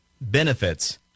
benefits